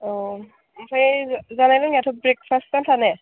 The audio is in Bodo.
अ ओमफ्राय जानाय लोंनायाथ' ब्रेकफास्ट आन्था ने